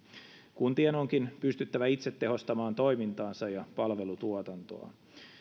kuntien onkin pystyttävä itse tehostamaan toimintaansa ja palvelutuotantoaan